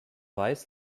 weiß